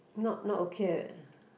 not not okay